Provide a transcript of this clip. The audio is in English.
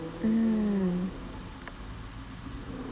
mm